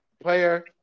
player